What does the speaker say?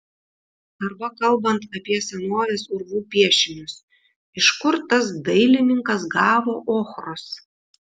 arba kalbant apie senovės urvų piešinius iš kur tas dailininkas gavo ochros